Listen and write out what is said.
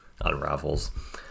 unravels